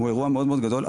הוא אירוע מאוד מאוד גדול,